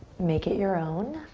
make it your own.